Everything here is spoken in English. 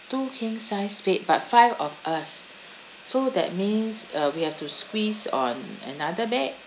two king-sized bed but five of us so that means uh we have to squeeze on another bed